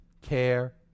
care